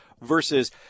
versus